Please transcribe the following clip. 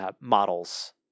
models